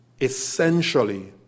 essentially